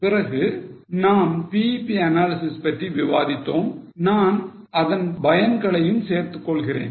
பிறகு நாம் BEP analysis பற்றியும் விவாதித்தோம் நான் அதன் பயன்களையும் சேர்த்துக் கொள்கிறேன்